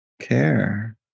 care